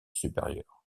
supérieure